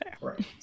Right